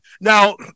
Now